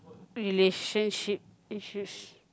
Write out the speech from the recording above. relationship issues